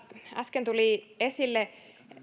äsken tuli